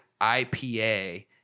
IPA